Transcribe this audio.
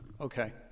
Okay